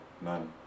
none